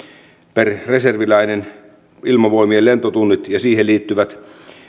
per reserviläinen ilmavoimien lentotunnit ja niihin liittyvä